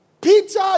Peter